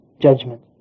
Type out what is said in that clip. judgment